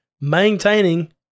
Maintaining